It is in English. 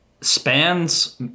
spans